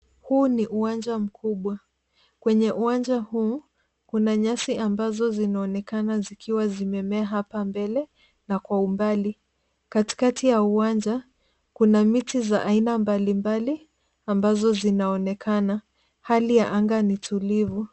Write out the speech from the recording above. Huu ni uwanja mkubwa. Kwenye uwanja huu, kuna nyasi ambazo zinaonekana zikiwa zimemea apa mbele na kwa umbali. Katikati ya uwanja kuna miti za aina mbalimbali ambazo zinaonekana. Hali ya anga ni tulivu.